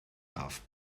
darf